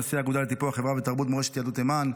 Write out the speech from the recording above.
נשיא האגודה לטיפוח חברה ותרבות מורשת יהדות תימן,